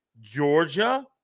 Georgia